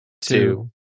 two